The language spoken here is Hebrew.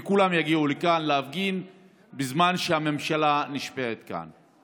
כולם יגיעו לכאן להפגין בזמן שהממשלה נשבעת כאן.